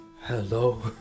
Hello